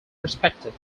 perspective